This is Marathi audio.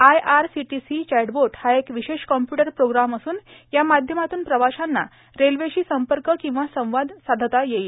आयआरसीटोंसी चॅटबोट हा एक र्विशेष कॉम्प्युटर प्रोग्राम असून या माध्यमातून प्रवाशांना रेल्वेशी संपक किंवा संवाद साधता येईल